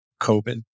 COVID